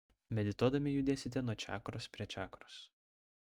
medituodami judėsite nuo čakros prie čakros